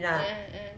mm mm